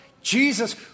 Jesus